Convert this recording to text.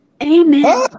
Amen